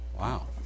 Wow